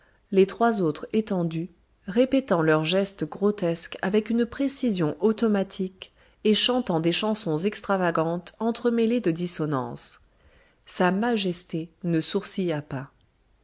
les trois autres étendus répétant leurs gestes grotesques avec une précision automatique et chantant des chansons extravagantes entremêlées de dissonances sa majesté ne sourcilla pas